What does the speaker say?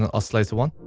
oscillator one